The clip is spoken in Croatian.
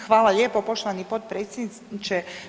Hvala lijepo poštovani potpredsjedniče.